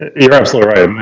you're absolutely right.